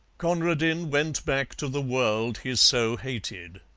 conradin went back to the world he so hated.